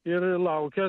ir laukia